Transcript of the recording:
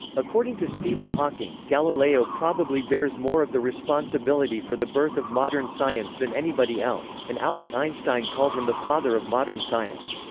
according to stephen hawking, galileo probably bears more of the responsibility for the birth of modern science than anybody else, and albert einstein called him the father of modern science.